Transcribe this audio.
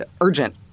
urgent